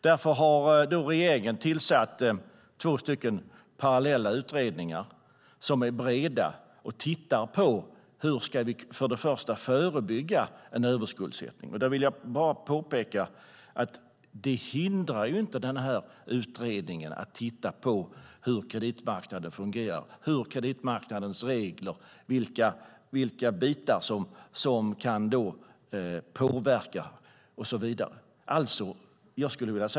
Därför har regeringen tillsatt två parallella utredningar som på ett brett sätt i första hand ska titta på hur överskuldsättning ska förebyggas. Det hindrar inte att en av utredningarna kan titta på hur kreditmarknaden fungerar, vilka bitar i kreditmarknadens regler som kan påverka och så vidare.